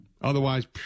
Otherwise